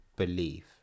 believe